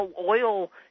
oil